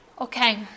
Okay